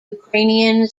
ukrainian